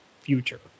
future